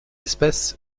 espèce